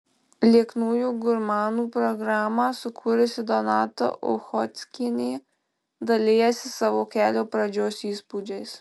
lieknųjų gurmanų programą sukūrusi donata uchockienė dalijasi savo kelio pradžios įspūdžiais